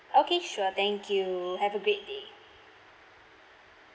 okay sure thank you have a great day